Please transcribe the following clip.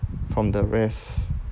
from the rest